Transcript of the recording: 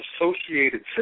associated